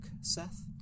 Seth